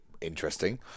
interesting